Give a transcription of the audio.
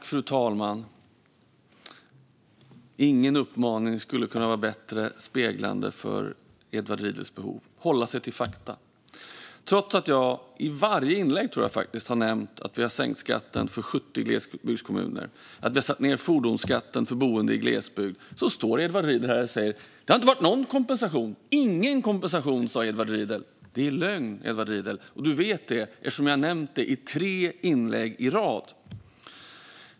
Fru talman! Ingen uppmaning skulle kunna spegla Edward Riedls behov bättre: att hålla sig till fakta. Trots att jag i varje inlägg, tror jag, har nämnt att vi har sänkt skatten för 70 glesbygdskommuner och att vi har satt ned fordonsskatten för boende i glesbygd står Edward Riedl här och säger att det inte har varit någon kompensation. Ingen kompensation, sa Edward Riedl. Det är lögn, Edward Riedl. Det vet du, eftersom jag har nämnt det i tre inlägg i rad.